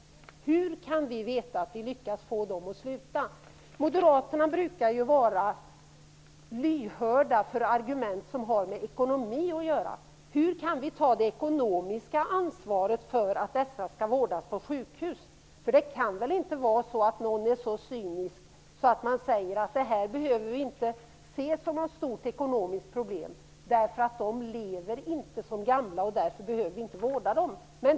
Hur kan vi veta att vi lyckas få dem att sluta? Moderaterna brukar ju vara lyhörda för argument som har med ekonomi att göra. Hur kan vi ta det ekonomiska ansvaret för att dessa skall vårdas på sjukhus. Det kan väl inte vara så att man är så cynisk att man säger att vi inte behöver se detta som något stort ekonomiskt problem eftersom dessa människor inte lever som gamla och att vi därför inte behöver vårda dem.